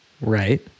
Right